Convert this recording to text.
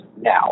now